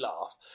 laugh